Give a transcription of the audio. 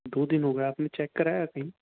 دو دِن ہو گئے آپ نے چیک کرایا کہیں